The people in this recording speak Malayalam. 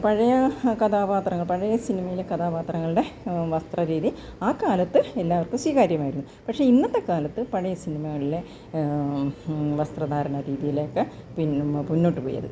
പഴയ കഥാപാത്രങ്ങൾ പഴയ സിനിമയിലെ കഥാപാത്രങ്ങളുടെ വസ്ത്രരീതി ആ കാലത്ത് എല്ലാവർക്കും സ്വീകാര്യമായിരുന്നു പക്ഷെ ഇന്നത്തെക്കാലത്ത് പഴയ സിനിമകളിലെ വസ്ത്രധാരണ രീതിയിലൊക്കെ പിന്നോട്ട്പോയത്